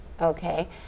Okay